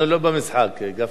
אנחנו לא במשחק, גפני.